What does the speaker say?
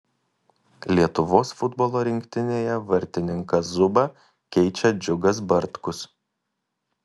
lietuvos futbolo rinktinėje vartininką zubą keičia džiugas bartkus